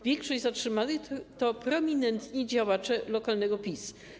Większość zatrzymanych to prominentni działacze lokalnego PiS.